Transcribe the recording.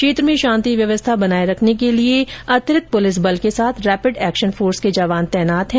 क्षेत्र में शांति व्यवस्था बनाए रखने के लिए अतिरिक्त पुलिस बल के साथ रेपिड एक्शन फोर्स के जवान तैनात किए गए हैं